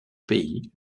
pays